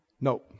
No